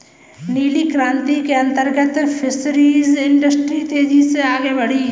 नीली क्रांति के अंतर्गत फिशरीज इंडस्ट्री तेजी से आगे बढ़ी